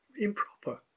improper